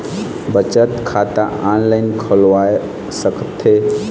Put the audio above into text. बचत खाता ऑनलाइन खोलवा सकथें?